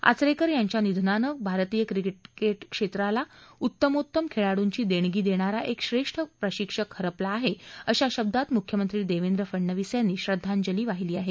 आचरेकर यांच्या निधनाने भारतीय क्रिकेट क्षेत्राला उत्तमोत्तम खेळाडूंची देणगी देणारा एक श्रेष्ठ प्रशिक्षक हरपला आहे अशा शब्दांत मुख्यमंत्री देवेंद्र फडनवीस यांनी श्रद्वांजली वाहिली आहे